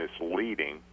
misleading